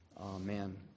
Amen